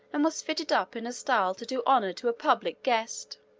and was fitted up in a style to do honor to a public guest.